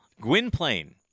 Gwynplaine